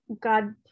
God